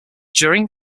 during